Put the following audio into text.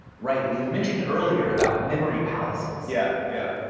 right. you had mentioned earlier about memory palaces? yeah, yeah.